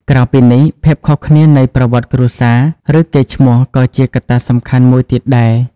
ក្រៅពីនេះ ភាពខុសគ្នានៃប្រវត្តិគ្រួសារ ឬកេរ្តិ៍ឈ្មោះ ក៏ជាកត្តាសំខាន់មួយទៀតដែរ។